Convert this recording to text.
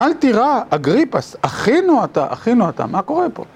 אל תירא, אגריפס, אחינו אתה, אחינו אתה. מה קורה פה?!